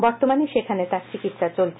বর্তমানে সেখানে তার চিকিৎসা চলছে